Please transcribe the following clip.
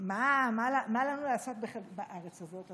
מה יש לנו לעשות בארץ הזאת?